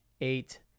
eight